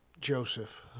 Joseph